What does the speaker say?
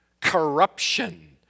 Corruption